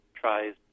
tries